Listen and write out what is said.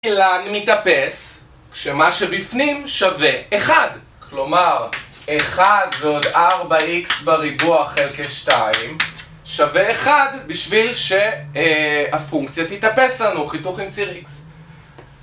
ln מתאפס כשמה שבפנים שווה אחד, כלומר אחד ועוד ארבע איקס בריבוע חלקי שתיים שווה אחד בשביל שהפונקציה תתאפס לנו, חיתוך עם ציר איקס.